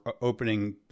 opening